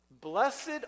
Blessed